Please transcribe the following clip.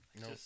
No